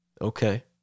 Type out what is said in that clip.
Okay